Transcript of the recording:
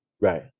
right